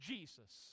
Jesus